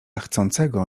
chcącego